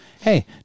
Hey